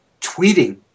tweeting